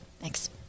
Thanks